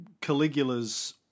Caligula's